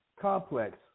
complex